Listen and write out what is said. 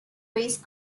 race